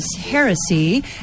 Heresy